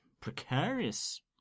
precarious